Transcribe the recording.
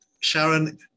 Sharon